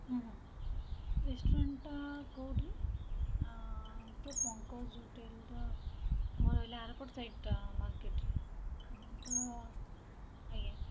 ହୁଁ ହୁଁ ରେଷ୍ଟୁରାଣ୍ଟ୍ ଟା କୋଉଠି ତ ପଙ୍କଜ ହୋଟେଲ୍ ଟା ଆମର ରହିଲା ଆରପଟ ସାଇଡ଼୍ ଟା ମାର୍କେଟ୍ ରେ ହଁ ତ ଆଜ୍ଞା